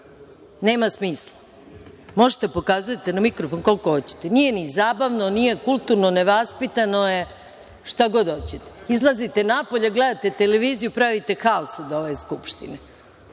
nema smisla. Možete da pokazujete na mikrofon koliko hoćete. Nije ni zabavno, nije kulturno, nevaspitano je, šta god hoćete. Izlazite napolje, gledate televiziju, pravite haos od ove Skupštine.